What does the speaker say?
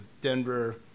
denver